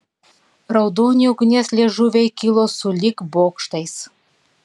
raudoni ugnies liežuviai kilo sulig bokštais